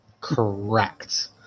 Correct